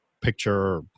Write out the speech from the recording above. picture